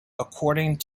according